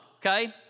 Okay